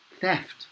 theft